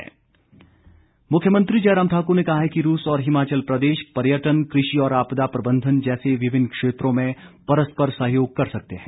मुख्यमंत्री मुख्यमंत्री जयराम ठाकुर ने कहा है कि रूस और हिमाचल प्रदेश पर्यटन कृषि और आपदा प्रबंधन जैसे विभिन्न क्षेत्रों में परस्पर सहयोग कर सकते हैं